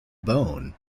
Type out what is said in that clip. bone